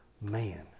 Man